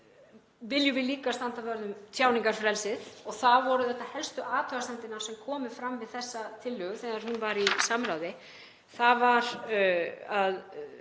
viljum við líka standa vörð um tjáningarfrelsið. Það voru reyndar helstu athugasemdirnar sem komu fram við þessa tillögu þegar hún var í samráði, að það